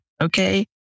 okay